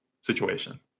situation